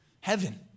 heaven